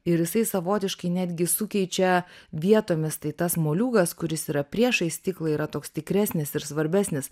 ir jisai savotiškai netgi sukeičia vietomis tai tas moliūgas kuris yra priešais stiklą yra toks tikresnis ir svarbesnis